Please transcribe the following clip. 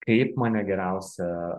kaip mane geriausia